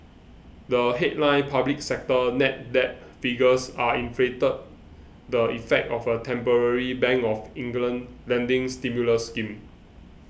the headline public sector net debt figures are inflated the effect of a temporary Bank of England lending stimulus scheme